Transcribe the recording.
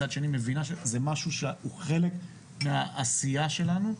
מצד שני מבינה שזה משהו שהוא חלק מהעשייה שלנו,